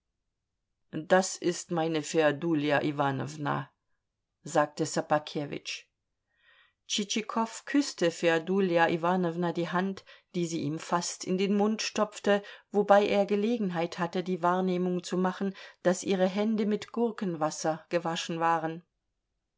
das ist meine feodulia iwanowna sagte ssobakewitsch tschitschikow küßte feodulia iwanowna die hand die sie ihm fast in den mund stopfte wobei er gelegenheit hatte die wahrnehmung zu machen daß ihre hände mit gurkenwasser gewaschen waren